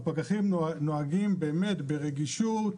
והפקחים נוהגים באמת ברגישות,